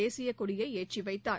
தேசியக்கொடியை ஏற்றி வைத்தார்